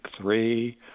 three